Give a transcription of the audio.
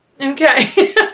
Okay